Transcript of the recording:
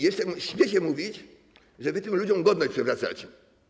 Jeszcze śmiecie mówić, że wy tym ludziom godność przywracacie.